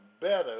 better